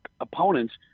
opponents